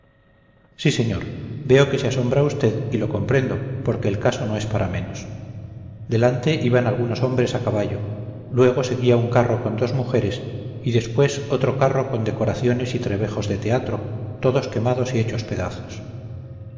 sí señor veo que se asombra usted y lo comprendo porque el caso no es para menos delante iban algunos hombres a caballo luego seguía un carro con dos mujeres y después otro carro con decoraciones y trebejos de teatro todos quemados y hechos pedazos